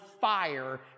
fire